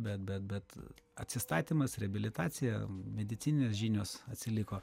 bet bet bet atsistatymas reabilitacija medicininės žinios atsiliko